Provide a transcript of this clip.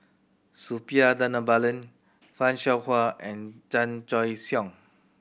Suppiah Dhanabalan Fan Shao Hua and Chan Choy Siong